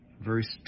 verse